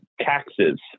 taxes